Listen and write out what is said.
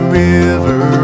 river